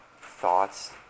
thoughts